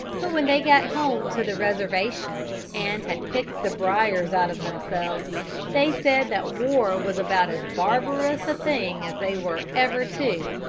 but when they got home to the reservation and had picked the briers out of themselves they said that war was about as barbarous a thing as they were ever to,